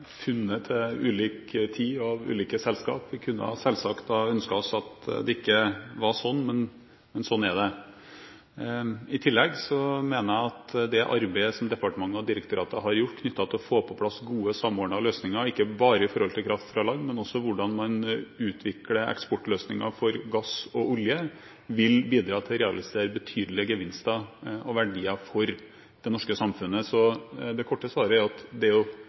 funnet til ulik tid og av ulike selskaper. Vi kunne selvsagt ønsket at det ikke var slik, men slik er det. I tillegg mener jeg at det arbeidet som departementet og direktoratet har gjort knyttet til å få på plass gode samordnede løsninger, ikke bare når det gjelder kraft fra land, men også når det gjelder hvordan man utvikler eksportløsninger for gass og olje, vil bidra til å realisere betydelige gevinster og verdier for det norske samfunnet. Så det korte svaret er at det